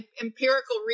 empirical